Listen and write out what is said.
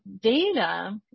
data